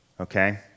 okay